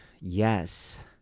yes